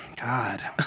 god